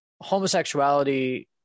homosexuality